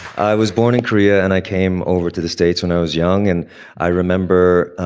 i was born in korea. and i came over to the states when i was young. and i remember,